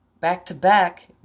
back-to-back